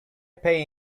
pay